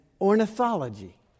ornithology